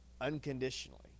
unconditionally